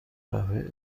قوه